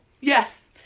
Yes